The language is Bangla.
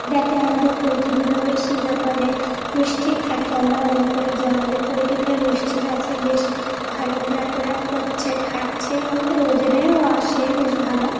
যাতে আমাদের পোলট্রিগুলো বেশ নিরাপদে নিশ্চিত থাকে আমরা মনে করি যে আমাদের পোলট্রিগুলো নিশ্চিত আছে বেশ ভালো ঘোরাফরা করছে খাচ্ছে আমাদের ওজনেও আসে বেশ ভালো